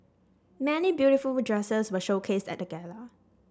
many beautiful dresses were showcased at the gala